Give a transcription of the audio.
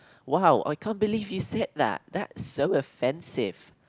!wow! I can't believe you said that that's so offensive